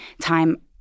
time